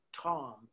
Tom